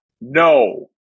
No